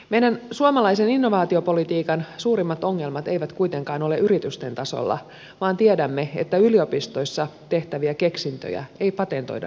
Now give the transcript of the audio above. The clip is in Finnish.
meidän suomalaisen innovaatiopolitiikan suurimmat ongelmat eivät kuitenkaan ole yritysten tasolla vaan tiedämme että yliopistoissa tehtäviä keksintöjä ei patentoida riittävästi